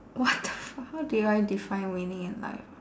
what the fuck how do I define winning in life